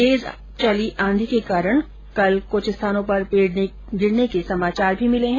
तेज चली आंधी के कारण कल कुछ स्थानों पर पेड़ गिरने के समाचार भी मिले हैं